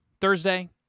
Thursday